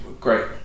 great